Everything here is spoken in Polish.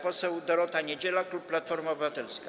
Poseł Dorota Niedziela, klub Platforma Obywatelska.